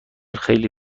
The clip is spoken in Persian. خیلی